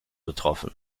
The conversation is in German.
betroffen